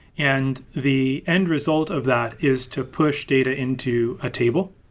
and the end result of that is to push data into a table,